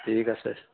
ঠিক আছে